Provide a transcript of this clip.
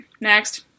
next